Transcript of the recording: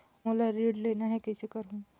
मोला ऋण लेना ह, कइसे करहुँ?